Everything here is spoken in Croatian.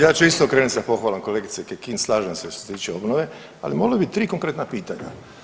Ja ću isto krenuti sa pohvalom kolegice Kekin slažem se što se tiče obnove, ali moglo bi tri konkretna pitanja.